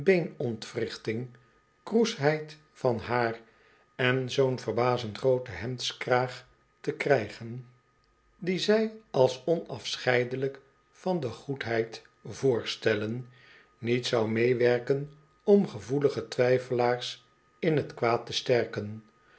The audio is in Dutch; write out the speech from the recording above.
beenontwrichting kroesheid van haar en zoo'n verbazend grooten hemdskraag te krijgen die zij als onafscheidelijk van de goedheid voorstellen niet zou meewerken om gevoelige twyfelaars in t kwaad te sterken